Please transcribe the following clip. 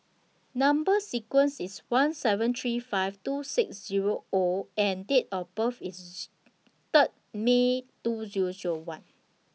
Number sequence IS one seven three five two six Zero O and Date of birth IS Third May two Zero Zero one